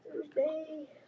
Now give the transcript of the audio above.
Thursday